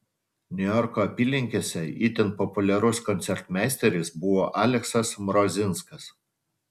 niujorko apylinkėse itin populiarus koncertmeisteris buvo aleksas mrozinskas